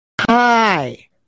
hi